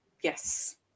Yes